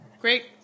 Great